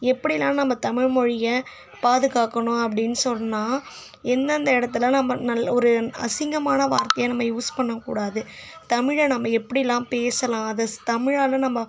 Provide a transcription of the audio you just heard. எப்படிலாம் நம்ம தமிழ்மொழியை பாதுகாக்கணும் அப்படினு சொன்னால் எந்தெந்த இடத்துல நம்ம நல்ல ஒரு அசிங்கமான வார்த்தையை நம்ம யூஸ் பண்ண கூடாது தமிழை நம்ம எப்படிலாம் பேசலாம் அது தமிழால் நம்ம